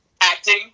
Acting